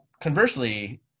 conversely